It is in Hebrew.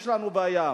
יש לנו בעיה.